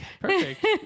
perfect